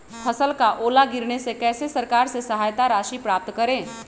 फसल का ओला गिरने से कैसे सरकार से सहायता राशि प्राप्त करें?